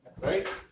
right